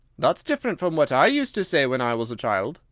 that's different from what i used to say when i was a child,